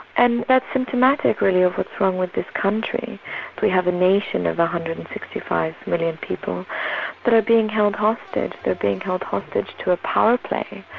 and that's symptomatic really of what's wrong with this country have a nation of one hundred and sixty five million people that are being held hostage. they're being held hostage to a power play,